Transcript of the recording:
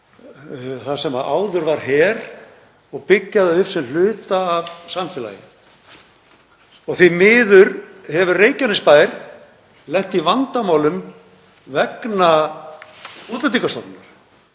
þar sem áður var her og byggja það upp sem hluta af samfélaginu. Því miður hefur Reykjanesbær lent í vandamálum vegna Útlendingastofnunar.